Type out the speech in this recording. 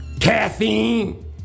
caffeine